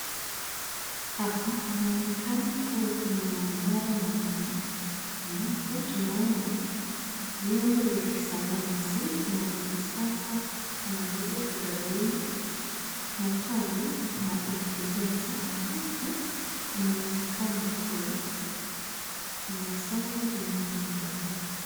Hapa panaonekana kuwa kwenya maabara maalum ambapo tunaona vyombo vya kisayansi na vya kisasa kama vile, udabuni na pale pana incubator ambapo kuna uwezekano kuwa kuna somo linaloendelea.